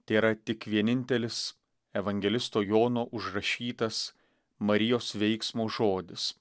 tėra tik vienintelis evangelisto jono užrašytas marijos veiksmo žodis